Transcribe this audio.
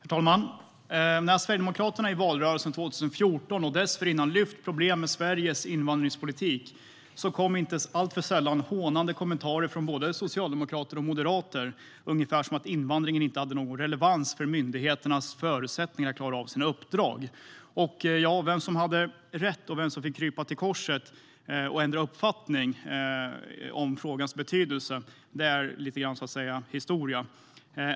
Herr talman! När Sverigedemokraterna i valrörelsen 2014 och dessförinnan lyfte fram problemen med Sveriges kravlösa invandringspolitik kom inte alltför sällan hånande kommentarer från både socialdemokrater och moderater. Det lät ungefär som att invandringen inte hade någon relevans för olika myndigheters förutsättningar att klara av sina uppdrag. Vem som hade rätt och vem som fick krypa till korset och ändra uppfattning om frågans betydelse är så att säga historia.